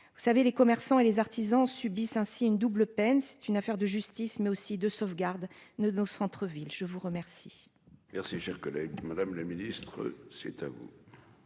Vous savez, les commerçants et les artisans subissent ainsi une double peine. C'est une affaire de justice, mais aussi de sauvegarde ne nos centre-ville. Je vous remercie. Merci cher collègue. Madame la ministre. C'est à vous.